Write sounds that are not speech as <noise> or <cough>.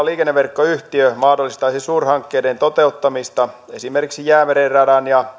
<unintelligible> liikenneverkko yhtiö mahdollistaisi suurhankkeiden toteuttamista esimerkiksi jäämeren radan ja